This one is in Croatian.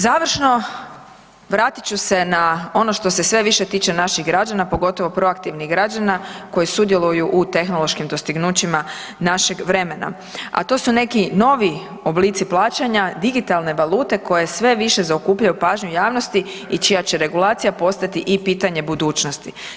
Završno, vratit ću se na ono što se sve više tiče naših građana, pogotovo proaktivnih građana koji sudjeluju u tehnološkim dostignućima našeg vremena, a to su neki novi oblici plaćanja, digitalne valute koje sve više zaokupljaju pažnju javnosti i čija će regulacija postati i pitanje budućnosti.